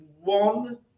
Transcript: one